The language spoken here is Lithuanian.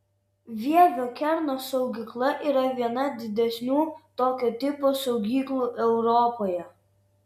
vievio kerno saugykla yra viena didesnių tokio tipo saugyklų europoje